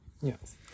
Yes